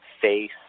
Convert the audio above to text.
face